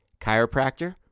chiropractor